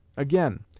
again,